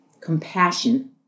Compassion